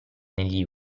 negli